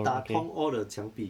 打通 all the 墙壁